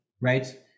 right